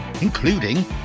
including